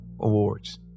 awards